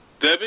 Debbie